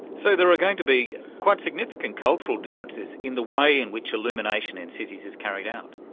so there are going to be quite significant cultural differences in the way in which illumination in cities is carried out.